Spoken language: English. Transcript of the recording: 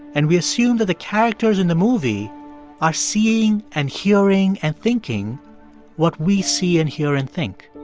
and we assume that the characters in the movie are seeing and hearing and thinking what we see and hear and think.